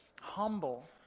humble